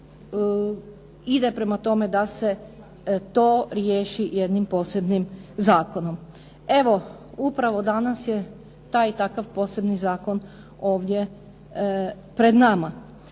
ide prema tome da se to riješi jednim posebnim zakonom. Evo, upravo danas je taj i takav posebni zakon ovdje pred nama.